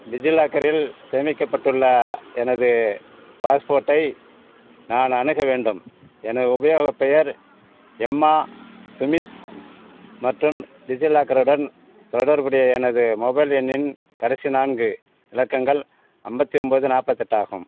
டிஜிலாக்கரில் சேமிக்கப்பட்டுள்ள எனது பாஸ்போர்ட்டை நான் அணுக வேண்டும் எனது உபயோகப் பெயர் எம்மா சுமித் மற்றும் டிஜிலாக்கருடன் தொடர்புடைய எனது மொபைல் எண்ணின் கடைசி நான்கு இலக்கங்கள் ஐம்பத்தி ஒன்போது நாற்பத்தெட்டாகும்